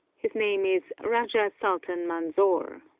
his name is rajah-sultan manzor.